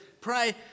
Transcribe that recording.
pray